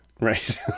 Right